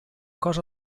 cosa